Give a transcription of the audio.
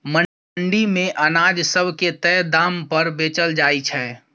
मंडी मे अनाज सब के तय दाम पर बेचल जाइ छै